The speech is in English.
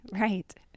Right